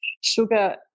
Sugar